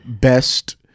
best